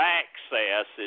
access